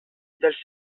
dels